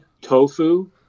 Tofu